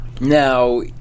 Now